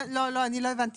לא, לא, אני לא הבנתי.